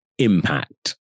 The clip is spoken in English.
impact